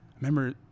remember